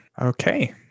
Okay